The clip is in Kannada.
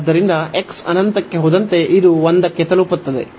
ಆದ್ದರಿಂದ x ಅನಂತಕ್ಕೆ ಹೋದಂತೆ ಇದು 1 ಕ್ಕೆ ತಲುಪುತ್ತದೆ